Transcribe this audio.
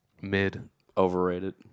mid-overrated